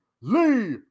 Lee